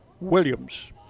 Williams